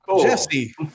Jesse